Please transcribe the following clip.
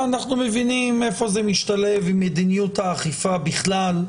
אנחנו מבינים איפה זה משתלב עם מדיניות האכיפה בכלל,